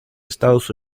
estados